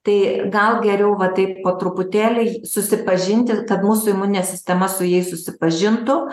tai gal geriau va taip po truputėlį susipažinti ta mūsų imuninė sistema su jais susipažintų